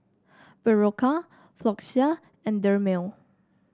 Berocca Floxia and Dermale